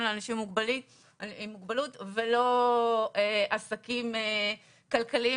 לאנשים עם מוגבלות ולא עסקים כלכליים,